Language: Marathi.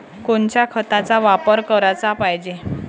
कोनच्या खताचा वापर कराच पायजे?